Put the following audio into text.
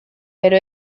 pero